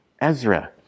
Ezra